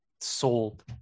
sold